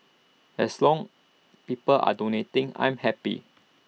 as long people are donating I'm happy